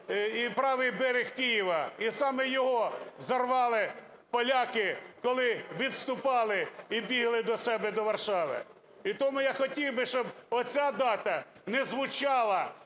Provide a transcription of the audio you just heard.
і правий берег Києва. І саме його взорвали поляки, коли відступали і бігли до себе до Варшави. І тому я хотів би, щоб оця дата не звучала,